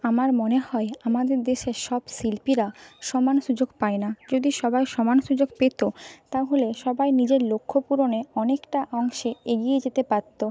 আমার মনে হয় আমাদের দেশের সব শিল্পীরা সমান সুযোগ পায় না যদি সবাই সমান সুযোগ পেত তাহলে সবাই নিজের লক্ষ্য পূরণে অনেকটা অংশে এগিয়ে যেতে পারতো